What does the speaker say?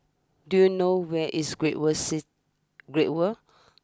do you know where is Great World C Great World